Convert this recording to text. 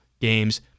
games